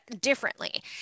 differently